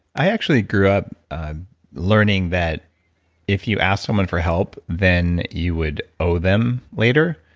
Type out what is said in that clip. i actually grew up learning that if you ask someone for help, then you would owe them later,